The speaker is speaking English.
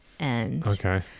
Okay